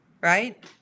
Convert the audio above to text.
Right